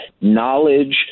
knowledge